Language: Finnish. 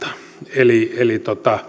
eli eli